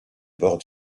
bords